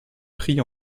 prix